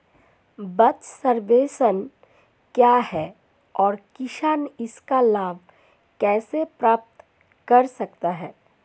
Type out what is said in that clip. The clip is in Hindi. ब्याज सबवेंशन क्या है और किसान इसका लाभ कैसे प्राप्त कर सकता है?